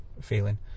feeling